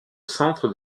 centre